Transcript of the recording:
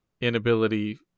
inability